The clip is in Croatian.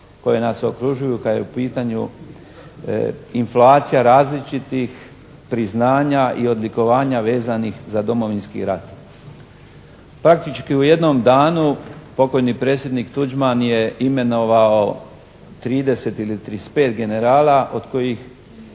koja nas okružuju kad je u pitanju inflacija različitih priznanja i odlikovanja vezanih za Domovinski rat. Praktički u jednom danu pokojni predsjednik Tuđman je imenovao 30 ili 35 generala od kojih